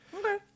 Okay